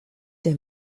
der